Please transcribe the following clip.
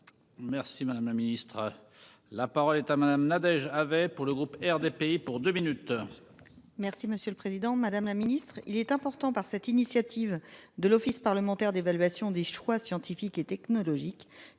Merci madame la ministre. La parole est à madame Nadège avait pour le groupe RDPI pour 2 minutes.